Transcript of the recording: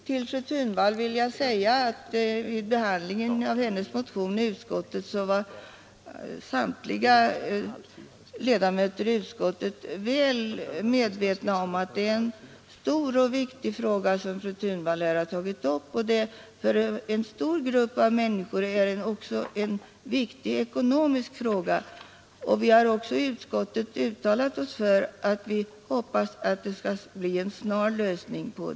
Till fru Thunvall vill jag säga att vid behandlingen av hennes motion i utskottet var samtliga ledamöter väl medvetna om att det är en stor och viktig fråga som fru Thunvall tagit upp. För en stor grupp av människor är det också en viktig ekonomisk fråga, och utskottet uttalar att vi hoppas på en snar lösning.